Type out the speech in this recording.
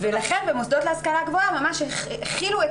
לכן במוסדות להשכלה גבוהה החילו את